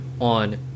on